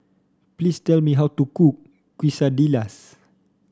please tell me how to cook Quesadillas